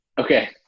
Okay